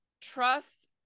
trust